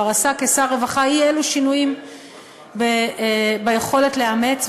כבר עשה כשר רווחה אי-אלו שינויים ביכולת לאמץ,